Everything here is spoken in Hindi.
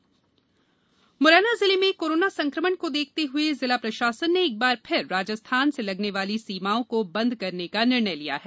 नेशनल हाइवे मुरैना जिले में कोरोना संक्रमण को देखते हुए जिला प्रशासन ने एक बार फिर राजस्थान से लगने वाली सीमा को बंदकरने का निर्णय लिया है